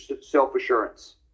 self-assurance